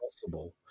possible